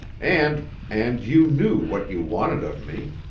and and you knew what you wanted of me.